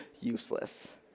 useless